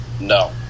No